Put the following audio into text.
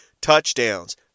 touchdowns